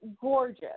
gorgeous